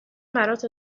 برات